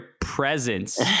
presence